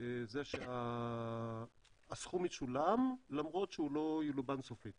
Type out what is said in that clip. זה שהסכום ישולם למרות שהוא לא ילובן סופית